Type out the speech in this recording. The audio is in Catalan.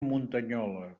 muntanyola